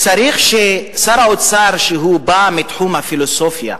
צריך ששר האוצר, שבא מתחום הפילוסופיה,